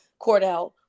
Cordell